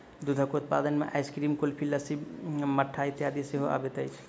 दूधक उत्पाद मे आइसक्रीम, कुल्फी, लस्सी, मट्ठा इत्यादि सेहो अबैत अछि